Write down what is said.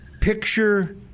picture